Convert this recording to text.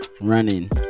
running